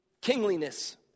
kingliness